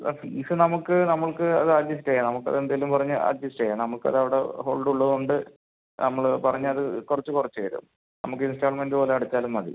അല്ല ഫീസ് നമുക്ക് നമുക്ക് അത് അഡ്ജസ്റ്റ് ചെയ്യാം നമുക്ക് അത് എന്തേലും പറഞ്ഞ് അഡ്ജസ്റ്റ് ചെയ്യാം നമുക്ക് അത് അവിടെ ഹോൾഡ് ഉള്ളതുകൊണ്ട് നമ്മള് പറഞ്ഞ് അത് കുറച്ച് കുറച്ച് തരും നമുക്ക് ഇൻസ്റ്റാൾമെൻറ്റ് പോലെ അടച്ചാലും മതി